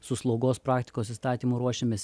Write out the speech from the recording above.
su slaugos praktikos įstatymu ruošiamės